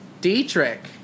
Dietrich